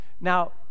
Now